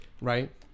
Right